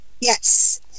Yes